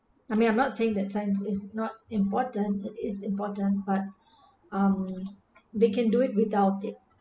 I mean I'm not saying that science is not important that it is important but um they can do it without it